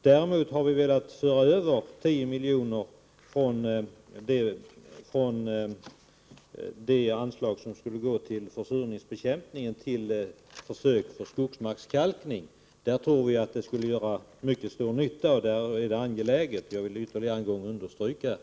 Däremot har vi velat föra över 10 milj.kr. från det anslag som skulle gå till försurningsbekämpning till försök med skogsmarkskalkning. Vi tror att det skulle göra mycket stor nytta. Där är det angeläget. Jag vill ytterligare en gång understryka detta.